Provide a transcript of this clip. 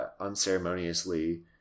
unceremoniously